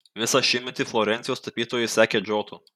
visą šimtmetį florencijos tapytojai sekė džotu